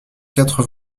quatre